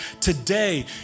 Today